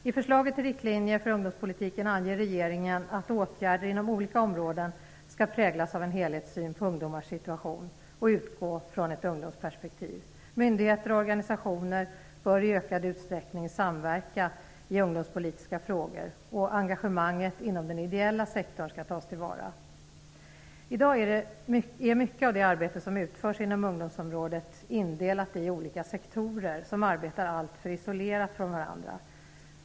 I förslaget till riktlinjer för ungdomspolitiken anger regeringen att åtgärder inom olika områden skall präglas av en helhetssyn på ungdomars situation och utgå från ett ungdomsperspektiv. Myndigheter och organisationer bör i ökad utsträckning samverka i ungdomspolitiska frågor, och engagemanget inom den ideella sektorn skall tas till vara. I dag är mycket av det arbete som utförs inom ungdomsområdet indelat i olika sektorer som arbetar alltför isolerat från varandra.